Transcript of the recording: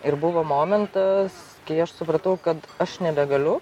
ir buvo momentas kai aš supratau kad aš nebegaliu